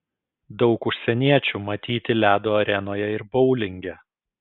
daug užsieniečių matyti ledo arenoje ir boulinge